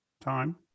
time